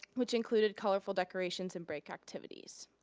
which included colorful decorations and break activities.